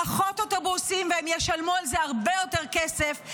פחות אוטובוסים, והם ישלמו על זה הרבה יותר כסף.